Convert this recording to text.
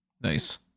nice